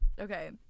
Okay